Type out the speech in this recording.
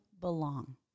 belong